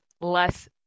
less